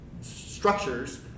structures